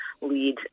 lead